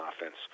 offense